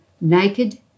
naked